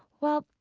well,